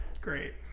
Great